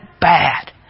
bad